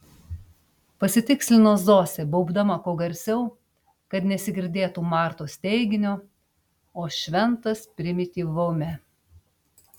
pasitikslino zosė baubdama kuo garsiau kad nesigirdėtų martos teiginio o šventas primityvume